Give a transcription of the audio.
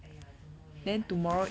!aiya! don't know leh I